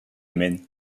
maine